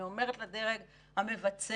אני אומרת לדרג המבצע